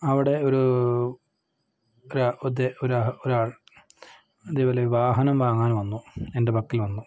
അവിടെ ഒരു ഒരാൾ ഇതേപോലെ വാഹനം വാങ്ങാൻ വന്നു എൻ്റെ പക്കൽ വന്നു